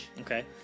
Okay